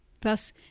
thus